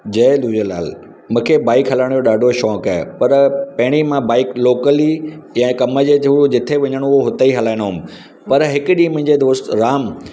जय झूलेलाल मूंखे बाइक हलाइण जो ॾाढो शौंक़ु आहे पर पहिरीं मां बाइक लोकली या कम जे थ्रू जिथे वञिणो हो उते ई हलाइणो हुउमि पर हिकु ॾींहुं मुंहिंजे दोस्त राम